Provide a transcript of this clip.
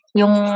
yung